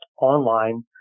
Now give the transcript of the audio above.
online